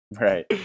right